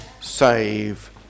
save